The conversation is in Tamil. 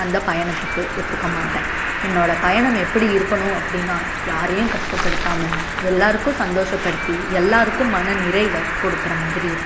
அந்த பயணத்துக்கு ஒத்துக்கமாட்டேன் என்னோடய பயணம் எப்படி இருக்கணும் அப்படின்னால் யாரையும் கஷ்டப்படுத்தாமல் எல்லோருக்கும் சந்தோஷப்படுத்தி எல்லோருக்கும் மன நிறைவ கொடுக்குற மாதிரி இருக்கும்